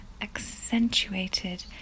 accentuated